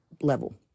level